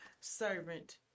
servant